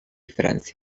francia